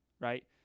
Right